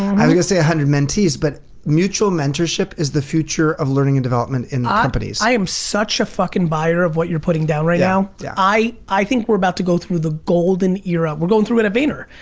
i was gonna say a hundred mentees, but mutual mentorship is the future of learning in development in the ah companies. i am such a fucking buyer of what you are putting down right now. yeah i i think we're about to go through the golden era. we're going through it at vayner.